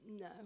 No